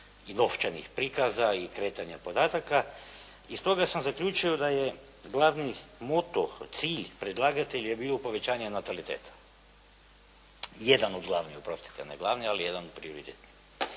i novčanih prikaza i kretanja podataka i stoga sam zaključio da je glavni moto, cilj predlagatelja je bio povećanje nataliteta. Jedan od glavnih, oprostite, ne glavni, ali jedan prioritet.